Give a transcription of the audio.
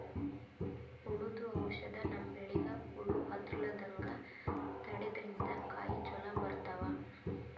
ಹುಳ್ದು ಔಷಧ್ ನಮ್ಮ್ ಬೆಳಿಗ್ ಹುಳಾ ಹತ್ತಲ್ಲ್ರದಂಗ್ ತಡ್ಯಾದ್ರಿನ್ದ ಕಾಯಿ ಚೊಲೋ ಬರ್ತಾವ್